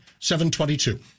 722